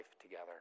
together